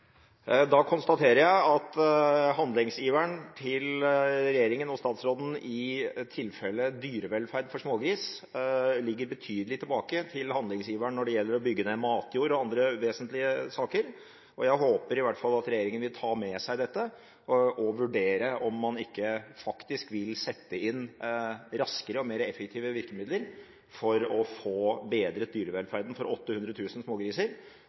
Da konstaterer jeg at handlingsiveren til regjeringen og statsråden i tilfellet dyrevelferd for smågris ligger betydelig tilbake for handlingsiveren når det gjelder å bygge ned matjord, og andre vesentlige saker. Jeg håper i hvert fall at regjeringen vil ta med seg dette og vurdere om man ikke vil sette inn raskere og mer effektive virkemidler for å få bedret dyrevelferden for 800 000 smågriser